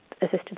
assisted